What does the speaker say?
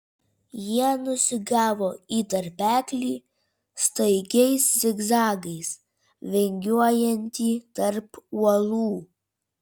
jie nusigavo į tarpeklį staigiais zigzagais vingiuojantį tarp uolų